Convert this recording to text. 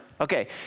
okay